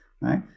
right